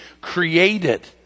created